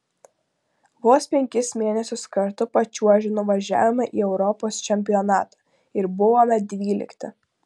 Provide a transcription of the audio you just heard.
vos penkis mėnesius kartu pačiuožę nuvažiavome į europos čempionatą ir buvome dvylikti